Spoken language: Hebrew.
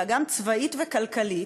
אלא גם צבאית וכלכלית,